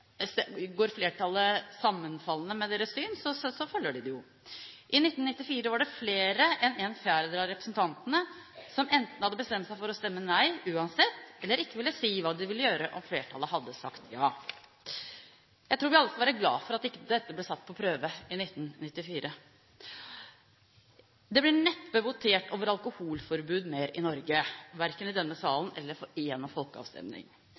går dem imot. Er flertallet sammenfallende med deres syn, følger de det jo. I 1994 var det flere enn en fjerdedel av representantene som enten hadde bestemt seg for å stemme nei uansett, eller som ikke ville si hva de ville gjøre om flertallet hadde sagt ja. Jeg tror vi alle skal være glade for at dette ikke ble satt på prøve i 1994. Det blir neppe votert mer over alkoholforbud i Norge, verken i denne salen eller gjennom folkeavstemning,